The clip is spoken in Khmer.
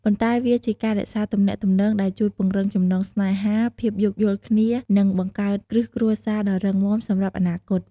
ប៉ុន្តែវាជាការរក្សាទំនាក់ទំនង ដែលជួយពង្រឹងចំណងស្នេហា ភាពយោគយល់គ្នា និងបង្កើតគ្រឹះគ្រួសារដ៏រឹងមាំសម្រាប់អនាគត។